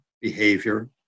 behavior